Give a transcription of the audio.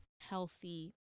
healthy